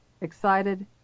excited